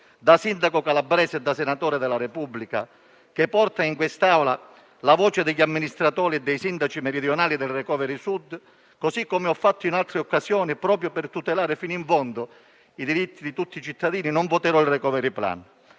Da sindaco calabrese e da senatore della Repubblica, che porta in quest'Aula la voce degli amministratori e dei sindaci meridionali del *recovery Sud*, così come ho fatto in altre occasioni, proprio per tutelare fino in fondo i diritti di tutti i cittadini, non voterò il *recovery plan*,